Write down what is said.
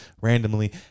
randomly